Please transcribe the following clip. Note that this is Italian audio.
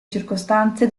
circostanze